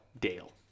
Dale